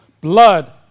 blood